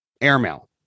Airmail